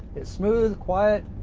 it's smooth, quiet,